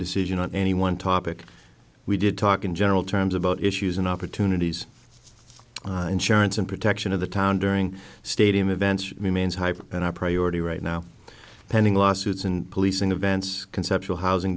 decision on any one topic we did talk in general terms about issues and opportunities on insurance and protection of the town during stadium events remains hype and our priority right now pending lawsuits and policing events conceptual housing